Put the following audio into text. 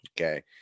okay